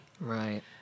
Right